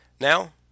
Now